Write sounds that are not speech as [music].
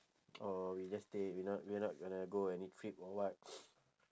or we just stay we not we're not gonna go any trip or what [noise]